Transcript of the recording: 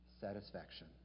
satisfaction